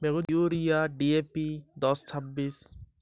বেগুন চাষের জন্য বাজার থেকে কি উন্নত মানের সার কিনা উচিৎ?